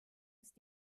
ist